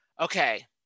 okay